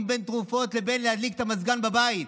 בין תרופות לבין להדליק את המזגן בבית,